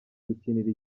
gukinira